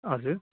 हजुर